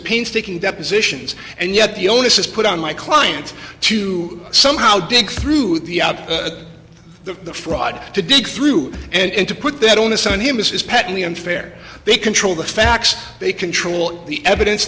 painstaking depositions and yet the onus is put on my client to somehow dig through the out of the fraud to dig through and to put that onus on him is patently unfair they control the facts they control the evidence